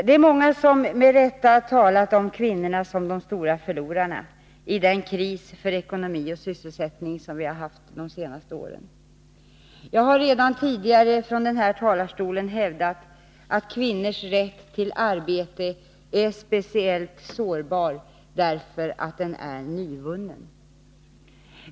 Det är många som med rätta talat om kvinnorna som de stora förlorarna i den kris för ekonomi och sysselsättning som vi har haft de senaste åren. Jag har redan tidigare från den här talarstolen hävdat att kvinnors rätt till arbete är speciellt sårbar därför att den är nyvunnen.